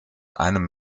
einem